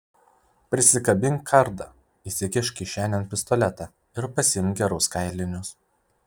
prisikabink kardą įsikišk kišenėn pistoletą ir pasiimk gerus kailinius